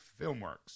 Filmworks